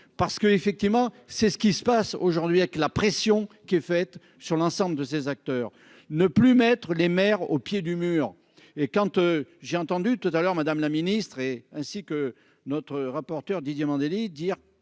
parce que, effectivement, c'est ce qui se passe aujourd'hui avec la pression qui est faite sur l'ensemble de ces acteurs ne plus mettre les maires au pied du mur et quand j'ai entendu tout à l'heure, madame la ministre est ainsi que notre rapporteur Didier Mandelli dire